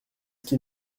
qu’il